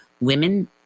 Women